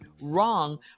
wrong